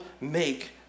make